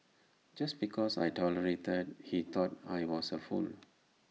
just because I tolerated he thought I was A fool